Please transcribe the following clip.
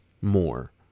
more